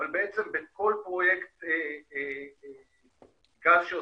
אבל בעצם בכל פרויקט גז שעושים,